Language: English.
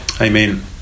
Amen